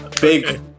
Big